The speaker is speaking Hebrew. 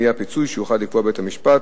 יהיה הפיצוי שיוכל לקבוע בית-המשפט,